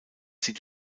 sie